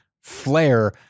flare